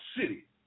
city